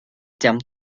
terme